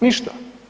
Ništa.